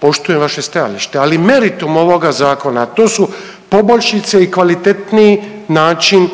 poštujem vaše stajalište, ali meritum ovoga zakona, a to su poboljšice i kvalitetniji način